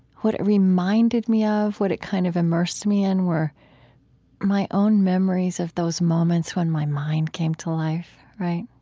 what it reminded me of, what it kind of immersed me in, were my own memories of those moments when my mind came to life, right?